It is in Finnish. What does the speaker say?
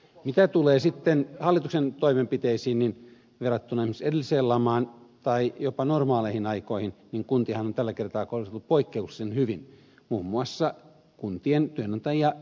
mitä tulee sitten hallituksen toimenpiteisiin niin verrattuna esimerkiksi edelliseen lamaan tai jopa normaaleihin aikoihin kuntiahan on tällä kertaa kohdeltu poikkeuksellisen hyvin muun muassa kuntien työnantajia